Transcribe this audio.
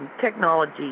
technology